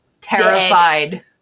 terrified